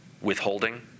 withholding